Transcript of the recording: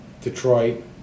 Detroit